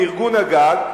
לארגון-הגג,